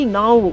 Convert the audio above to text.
now